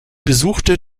besuchte